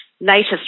latest